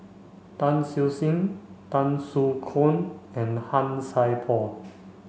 Tan Siew Sin Tan Soo Khoon and Han Sai Por